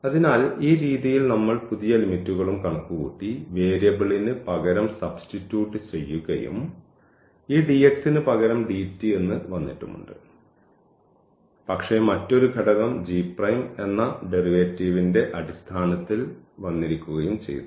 അതിനാൽ ഈ രീതിയിൽ നമ്മൾ പുതിയ ലിമിറ്റ്കളും കണക്കുകൂട്ടി വേരിയബിളിന് പകരം സബ്സ്റ്റിറ്റ്യൂട്ട് ചെയ്യുകയും ഈ dx ന് പകരം dt എന്ന് വന്നിട്ടുമുണ്ട് പക്ഷേ മറ്റൊരു ഘടകം g എന്ന ഡെറിവേറ്റീവിൻറെ അടിസ്ഥാനത്തിൽ വന്നിരിക്കുകയും ചെയ്തു